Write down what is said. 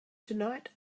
tonight